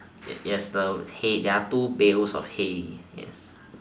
yes the hay there are two bales of hay yes